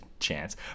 chance